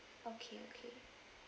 okay okay